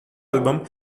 album